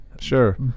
Sure